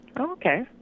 Okay